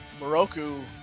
Moroku